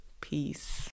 Peace